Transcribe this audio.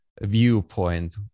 viewpoint